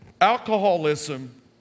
alcoholism